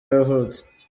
yavutse